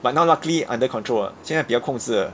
but now likely under control 竟然比较控制